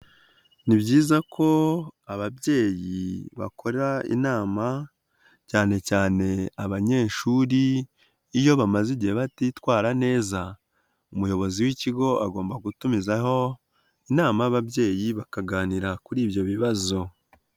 Ni byiza ko ababyeyi bakora inama cyane cyane abanyeshuri iyo bamaze igihe batitwara neza, umuyobozi w'ikigo agomba gutumizaho inama y'ababyeyi bakaganira kuri ibyo bibazo.